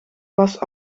was